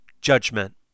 judgment